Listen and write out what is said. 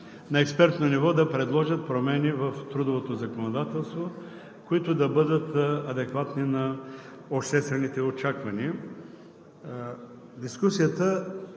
на експертно ниво да предложат промени в трудовото законодателство, които да бъдат адекватни на обществените очаквания.